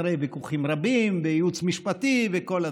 אחרי ויכוחים רבים וייעוץ משפטי וכל הדברים.